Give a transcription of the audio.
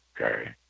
Okay